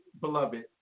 beloved